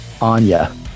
Anya